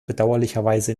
bedauerlicherweise